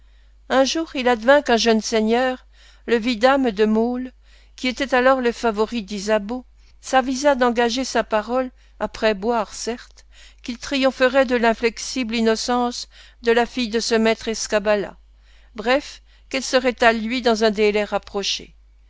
un jour il advint qu'un jeune seigneur le vidame de maulle qui était alors le favori d'ysabeau s'avisa d'engager sa parole après boire certes qu'il triompherait de l'inflexible innocence de la fille de ce maître escabala bref qu'elle serait à lui dans un délai rapproché